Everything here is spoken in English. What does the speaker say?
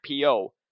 PO